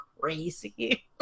crazy